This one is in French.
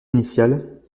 initiales